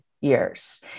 years